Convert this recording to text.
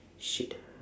shit